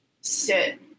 sit